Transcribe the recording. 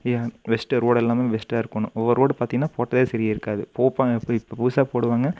ஏன் best road எல்லாமே பெஸ்ட்டாக இருக்கணும் ஒவ்வொரு ரோடும் பார்த்தீங்கன்னா போட்டதே சரியாக இருக்காது போ ப போய் இப்போ புதுசாக போடுவாங்க